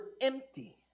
empty